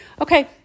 Okay